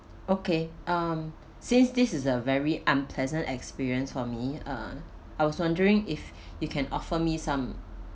okay um since this is a very unpleasant experience for me uh I was wondering if you can offer me some